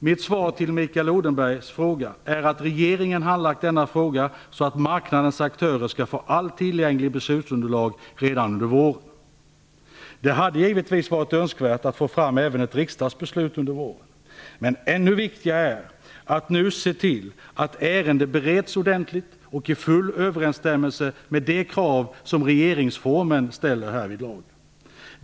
Mitt svar på Mikael Odenbergs fråga är att regeringen handlagt denna fråga så att marknadens aktörer skall få allt tillgängligt beslutsunderlag redan under våren. Det hade givetvis varit önskvärt att få fram även ett riksdagsbeslut under våren. Men ännu viktigare är att nu se till att ärendet bereds ordentligt och i full överensstämmelse med de krav som regeringsformen ställer härvidlag.